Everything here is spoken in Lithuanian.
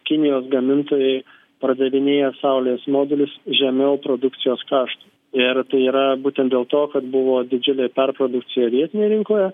kinijos gamintojai pardavinėja saulės modulius žemiau produkcijos kaštų ir tai yra būtent dėl to kad buvo didžiulė perprodukcija vietinėj rinkoje